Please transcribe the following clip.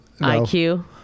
IQ